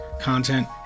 content